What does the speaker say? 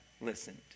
listened